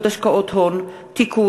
הצעת חוק לעידוד השקעות הון (תיקון,